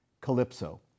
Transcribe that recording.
Calypso